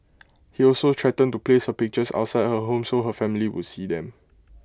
he also threatened to place her pictures outside her home so her family would see them